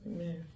Amen